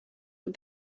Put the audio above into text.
but